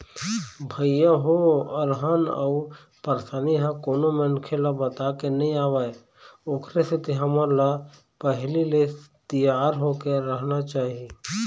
भइया हो अलहन अउ परसानी ह कोनो मनखे ल बताके नइ आवय ओखर सेती हमन ल पहिली ले तियार होके रहना चाही